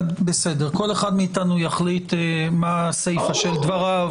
כל אחד מאתנו יחליט מה הסיפא של דבריו,